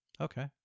Okay